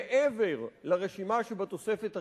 מעבר לרשימה שבתוספת הראשונה,